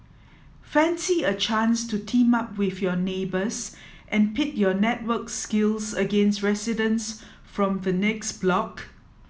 fancy a chance to team up with your neighbours and pit your networks skills against residents from the next block